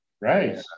Right